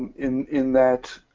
in in that,